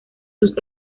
sus